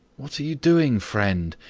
what are you doing, friend?